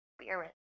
spirit